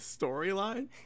storyline